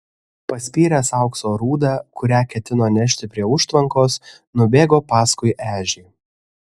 paspyręs aukso rūdą kurią ketino nešti prie užtvankos nubėgo paskui ežį